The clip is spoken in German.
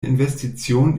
investitionen